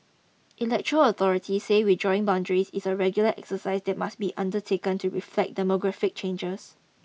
electoral authorities say redrawing boundaries is a regular exercise that must be undertaken to reflect demographic changes